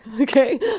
Okay